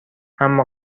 اما